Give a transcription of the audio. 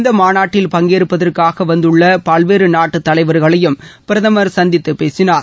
இந்த மாநாட்டில் பங்கேற்பதற்காக வந்துள்ள பல்வேறு நாட்டு தலைவர்களையும் பிரதமா பேசினார்